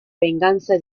venganza